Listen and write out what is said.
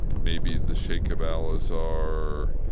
maybe the sheikh of alazar,